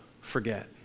forget